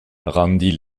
rendit